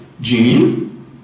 Gene